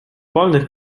polnych